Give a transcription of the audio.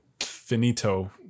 Finito